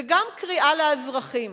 וגם קריאה לאזרחים,